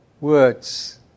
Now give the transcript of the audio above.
words